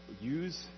use